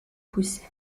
poussé